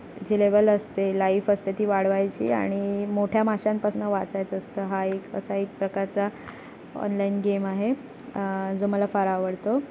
जी level असते life असते ती वाढवायची आणि मोठ्या माशांपासनं वाचायचं असतं हा एक असा एक प्रकारचा ऑनलाईन गेम आहे जो मला फार आवडतो